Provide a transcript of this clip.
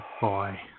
boy